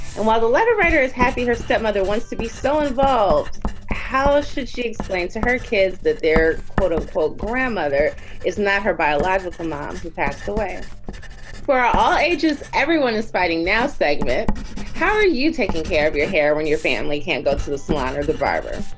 and while the letter writer is happy, her stepmother wants to be so involved how should she explain to her kids that their quote unquote grandmother is not her biological mom who passed away for all ages? everyone is spiting now segment how are you taking care of your hair when your family can't go to the salon or the barber?